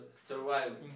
survive